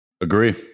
Agree